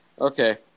Okay